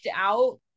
out